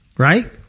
Right